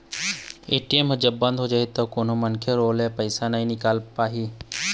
ATM ह जब बंद हो जाही त कोनो मनखे ह ओमा ले पइसा ल नइ निकाल पाही